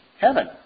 heaven